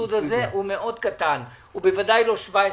הסבסוד הזה הוא מאוד קטן, הוא בוודאי לא 17%,